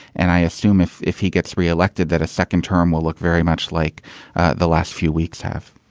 and i assume if if he gets re-elected, that a second term will look very much like the last few weeks have